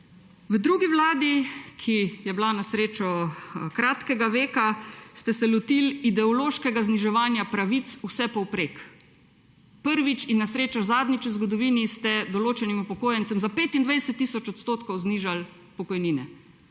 V drugi vladi, ki je bila na srečo kratkega veka, ste se lotili ideološkega zniževanja pravic vsepovprek. Prvič in na srečo zadnjič v zgodovini ste določenim upokojencem za 25 tisoč odstotkov znižali pokojnine,